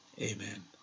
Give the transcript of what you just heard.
Amen